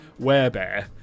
werebear